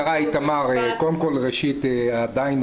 קודם כול, עדיין